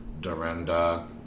Dorinda